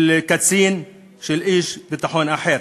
של קצין, של איש ביטחון אחר.